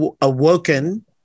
awoken